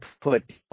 put